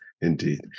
indeed